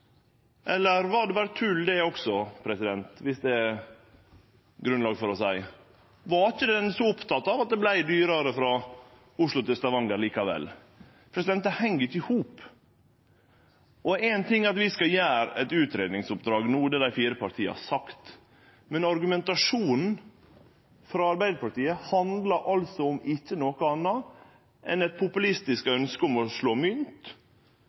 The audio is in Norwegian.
Eller var det berre tull, det også, viss det er grunnlag for å seie det. Var ein ikkje så oppteken av at det vart dyrare frå Oslo til Stavanger likevel? Det hengjer ikkje i hop. Ein ting er at vi skal gjere eit utgreiingsoppdrag no, det har dei fire partia sagt. Men argumentasjonen frå Arbeidarpartiet handlar altså ikkje om noko anna enn eit populistisk ønskje om å slå mynt